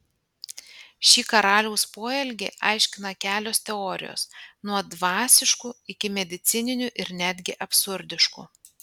šį karaliaus poelgį aiškina kelios teorijos nuo dvasiškų iki medicininių ir netgi absurdiškų